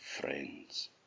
friends